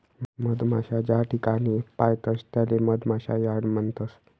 मधमाशा ज्याठिकाणे पायतस त्याले मधमाशा यार्ड म्हणतस